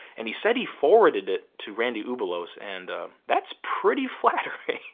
and he said he forwarded it to randy ubillos and that's pretty flattering.